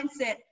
mindset